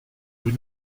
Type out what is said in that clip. vous